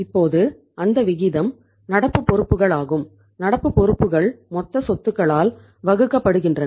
இப்போது அந்த விகிதம் நடப்பு பொறுப்புகளாகும் நடப்பு பொறுப்புகள் மொத்த சொத்துக்களால் வகுக்கப்படுகின்றன